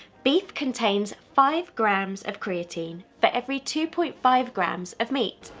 beef contains five grams of creatine for every two point five grams of meat.